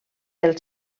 del